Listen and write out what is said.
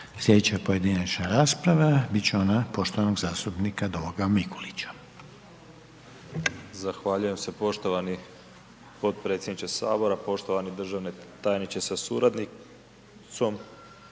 Sljedeća pojedinačna rasprava biti će ona poštovanog zastupnika Domagoja Mikulića. **Mikulić, Domagoj (HDZ)** Zahvaljujem se poštovani potpredsjedniče Sabora, poštovani državni tajniče sa suradnicom,